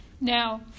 Now